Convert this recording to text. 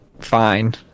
fine